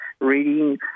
reading